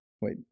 Wait